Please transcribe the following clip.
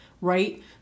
right